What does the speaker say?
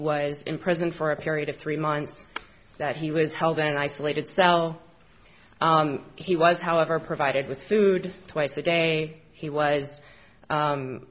was in prison for a period of three months that he was held in an isolated cell he was however provided with food twice a day he was